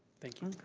thank you.